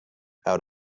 out